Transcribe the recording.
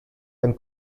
ein